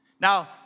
Now